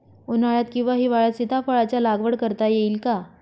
उन्हाळ्यात किंवा हिवाळ्यात सीताफळाच्या लागवड करता येईल का?